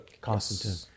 Constantine